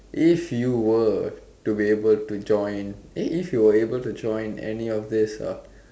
if you were to be able to join eh if you were able to join any of these uh